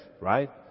right